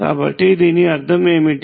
కాబట్టి దీని అర్థం ఏమిటి